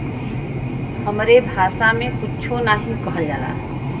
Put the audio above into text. हमरे भासा मे कुच्छो नाहीं कहल जाला